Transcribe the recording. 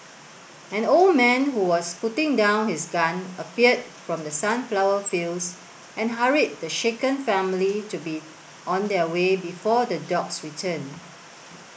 an old man who was putting down his gun appeared from the sunflower fields and hurried the shaken family to be on their way before the dogs return